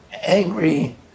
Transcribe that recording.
angry